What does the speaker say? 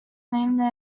named